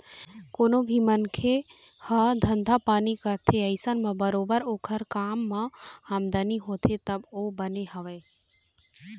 कोनो भी मनखे ह धंधा पानी करथे अइसन म बरोबर ओखर ओ काम म आमदनी होथे तब तो बने हवय